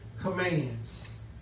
commands